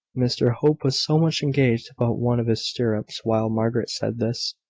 mr hope was so much engaged about one of his stirrups while margaret said this,